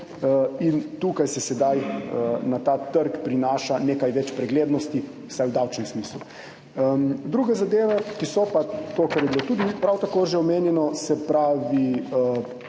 in tukaj se sedaj na ta trg prinaša nekaj več preglednosti, vsaj v davčnem smislu. Druge zadeve, ki so bilo že prav tako omenjene, se pravi